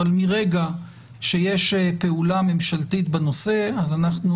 אבל מרגע שיש פעולה ממשלתית בנושא אז אנחנו